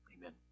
Amen